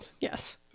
Yes